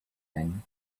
men